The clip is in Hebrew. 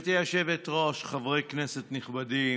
גברתי היושבת-ראש, חברי כנסת נכבדים,